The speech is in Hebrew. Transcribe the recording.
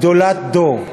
גדולת דור.